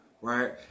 right